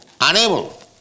unable